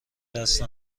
دست